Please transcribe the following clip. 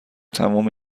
تمام